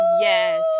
Yes